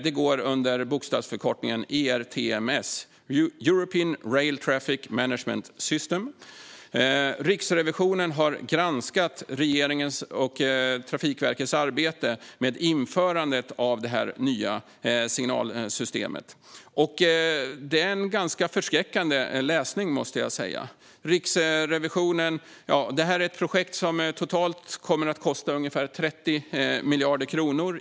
Det går under bokstavsförkortningen ERTMS, European Rail Traffic Management System. Riksrevisionen har granskat regeringens och Trafikverkets arbete med införandet av det nya signalsystemet, och det är en ganska förskräckande läsning, måste jag säga. Det är ett projekt som kommer att kosta totalt 30 miljarder kronor.